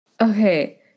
okay